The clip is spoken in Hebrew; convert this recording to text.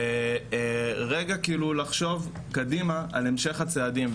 רגע לחשוב קדימה על המשך הצעדים,